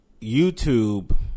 YouTube